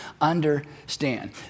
understand